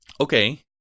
Okay